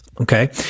okay